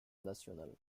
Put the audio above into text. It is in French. nationale